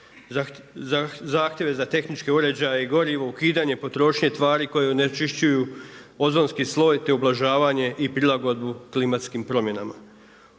zahtjeve za tehničke uređaje i gorivo, ukidanje potrošnje tvari koji onečišćuju ozonski sloj te ublažavanje i prilagodbu klimatskim promjenama.